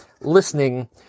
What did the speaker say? listening